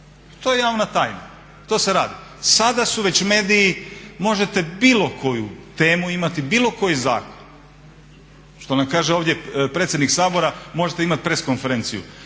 to je javna tajna, to se radi. Sada su već mediji možete bilo koju temu imati, bilo koji zakon, što nam kaže ovdje predsjednik Sabora, možete imati press konferenciju.